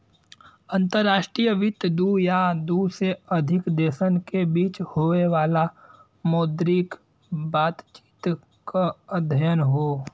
अंतर्राष्ट्रीय वित्त दू या दू से अधिक देशन के बीच होये वाला मौद्रिक बातचीत क अध्ययन हौ